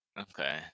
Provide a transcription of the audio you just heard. Okay